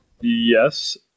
yes